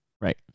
right